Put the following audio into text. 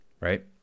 Right